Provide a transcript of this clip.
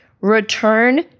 return